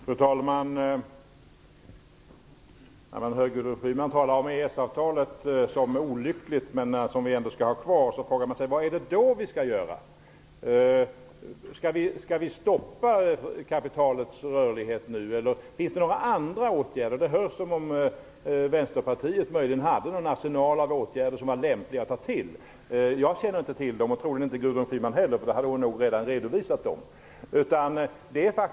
Fru talman! Gudrun Schyman talar om EES avtalet som olyckligt, men säger att vi ändå skall ha kvar det. Vad är det då vi skall göra? Skall vi stoppa kapitalets rörlighet nu, eller finns det några andra åtgärder? Det låter som om Vänsterpartiet hade en arsenal av åtgärder som var lämpliga att ta till. Jag känner inte till dem, och det gör troligen inte Gudrun Schyman heller, för då hade hon nog redan redovisat dem.